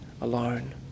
alone